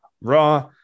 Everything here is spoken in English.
Raw